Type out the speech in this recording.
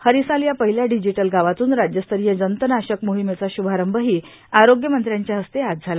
हरिसाल या पहिल्या डिजीटल गावातून राज्यस्तरीय तनाशक मोहिमेचा श्भारंभही आरोग्य मंत्र्यांच्या हस्ते आज झाला